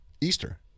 Easter